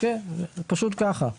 פשוט ככה.